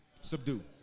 Subdue